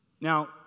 Now